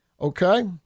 Okay